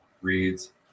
reads